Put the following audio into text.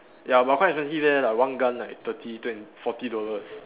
ya but quite expensive leh like one gun like thirty twen~ forty dollars